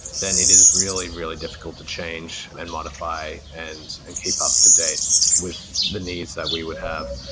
then it is really, really difficult to change and modify and and keep up-to-date with the needs that we would have.